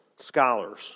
scholars